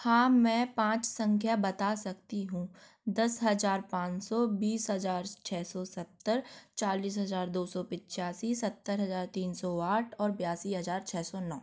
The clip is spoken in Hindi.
हाँ मैं पाँच संख्या बता सकती हूँ दस हजार पाँच सौ बीस हजार छः सौ सत्तर चालीस हजार दो सौ पिच्यासी सत्तर हजार तीन सौ आठ और बयासी हजार छः सौ नौ